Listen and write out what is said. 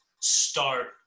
start